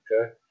Okay